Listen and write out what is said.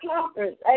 conference